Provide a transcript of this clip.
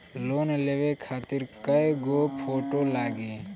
Loan लेवे खातिर कै गो फोटो लागी?